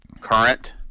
current